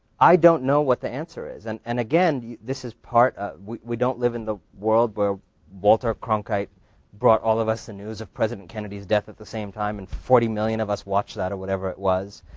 i don't know what the answer is. and and again, this is part of, we don't live in the world where walter cronkite brought all of us the news of president kennedy's death at the same time and forty million of us watched that, or whatever it was.